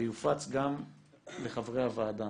ויופץ גם לחברי הוועדה.